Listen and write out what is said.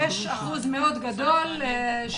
אחוז מאוד גדול.